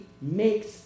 makes